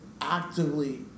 actively